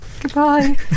Goodbye